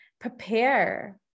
prepare